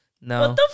No